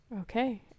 Okay